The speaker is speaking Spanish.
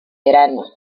verano